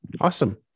awesome